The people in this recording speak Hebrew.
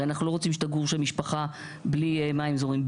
הרי אנחנו לא רוצים שתגור שם משפחה בלי מים זורמים.